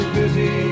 busy